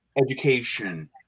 education